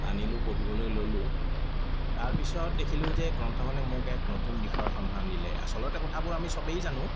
আনিলো পঢ়িবলৈ ল'লো তাৰপিছত দেখিলো যে গ্ৰন্থখনে মোক এক নতুন দিশৰ সন্ধান দিলে আচলতে কথাবোৰ আমি সবেই জানো